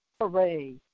hooray